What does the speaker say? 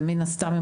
ומן הסתם,